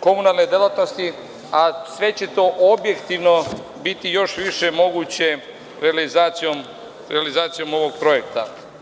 komunalne delatnosti, a sve će to objektivno biti još više moguće realizacijom ovog projekta.